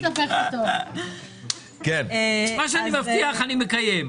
את מה שאני מבטיח אני מקיים.